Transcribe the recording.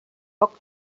poc